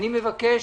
אני מבקש